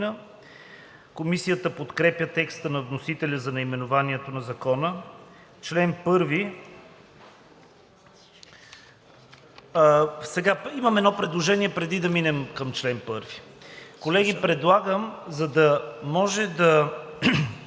Комисията подкрепя текста на вносителя за наименованието на закона. Имам едно предложение преди да минем към чл. 1. Колеги, предлагам, за да може да